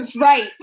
right